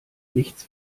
nichts